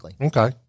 Okay